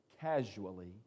casually